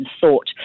thought